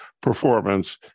performance